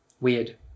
Weird